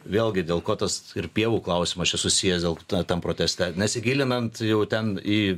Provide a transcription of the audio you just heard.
vėlgi dėl ko tas ir pievų klausimas čia susijęs dėl ta tam proteste nesigilinant jau ten į